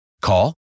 Call